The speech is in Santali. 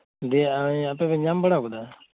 ᱫᱤᱭᱮ ᱤᱭᱟᱹ ᱟᱯᱮ ᱯᱮ ᱧᱟᱢ ᱵᱟᱲᱟ ᱟᱠᱟᱫᱟ